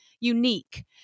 unique